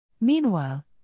Meanwhile